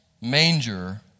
manger